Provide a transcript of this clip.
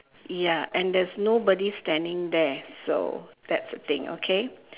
ya and there's nobody standing there so that's the thing okay